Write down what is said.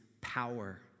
power